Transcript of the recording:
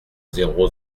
zéro